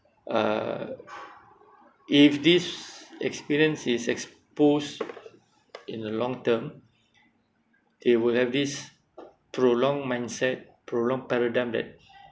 uh if this experience is exposed in the long term they will have this prolonged mindset prolonged paradigm that